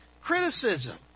criticism